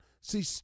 See